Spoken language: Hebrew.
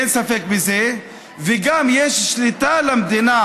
אין ספק בזה, וגם יש שליטה למדינה,